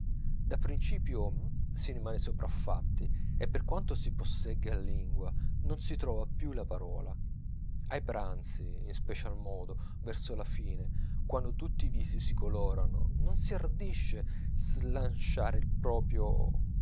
da principio si rimane sopraffatti e per quanto si possegga la lingua non si trova più la parola ai pranzi in special modo verso la fine quando tutti i visi si colorano non si ardisce slanciare il proprio